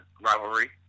rivalry